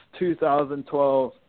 2012